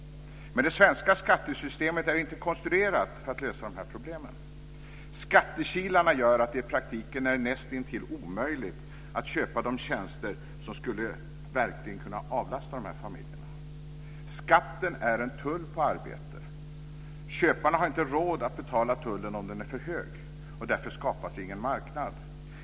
Men det svenska skattesystemet är inte konstruerat för att lösa dessa problem. Skattekilarna gör att det i praktiken är näst intill omöjligt att köpa de tjänster som verkligen skulle kunna avlasta dessa familjer. Skatten är en tull på arbete. Köparna har inte råd att betala tullen om den är för hög, och därför skapas ingen marknad.